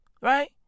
Right